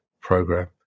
program